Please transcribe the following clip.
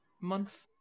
month